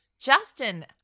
Justin